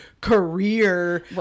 career